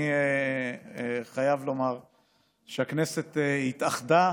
אני חייב לומר שהכנסת התאחדה